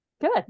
Good